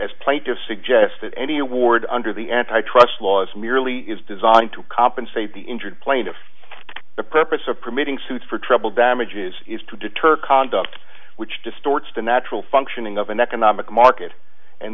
as plaintiffs suggested any award under the antitrust laws merely is designed to compensate the injured plaintiff the purpose of permitting suits for trouble damages is to deter conduct which distorts the natural functioning of an economic market and